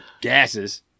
gases